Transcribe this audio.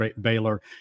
Baylor